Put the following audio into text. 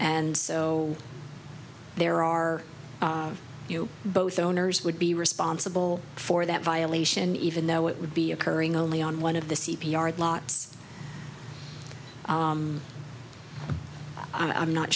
and so there are you both owners would be responsible for that violation even though it would be occurring only on one of the c p r lots i'm not